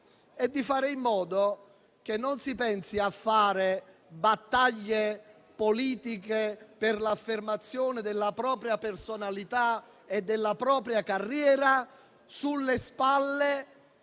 e di fare in modo che non si pensi a fare battaglie politiche per l'affermazione della propria personalità e della propria carriera sulle spalle